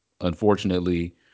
Unfortunately